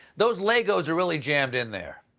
those legos are really jammed in there.